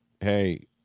hey